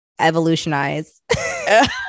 evolutionize